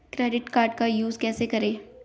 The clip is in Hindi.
क्रेडिट कार्ड का यूज कैसे करें?